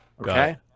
Okay